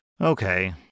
Okay